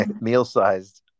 meal-sized